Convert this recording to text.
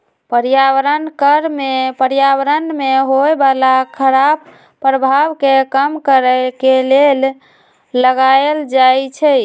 पर्यावरण कर में पर्यावरण में होय बला खराप प्रभाव के कम करए के लेल लगाएल जाइ छइ